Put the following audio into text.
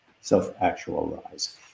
self-actualize